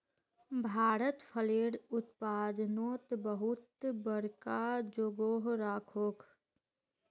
भारत फलेर उत्पादनोत बहुत बड़का जोगोह राखोह